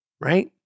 right